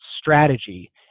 strategy